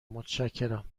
متشکرم